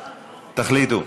תחליטו.